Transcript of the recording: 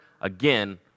Again